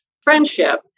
friendship